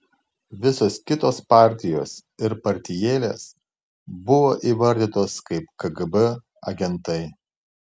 visos kitos partijos ir partijėlės buvo įvardytos kaip kgb agentai